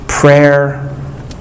Prayer